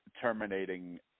terminating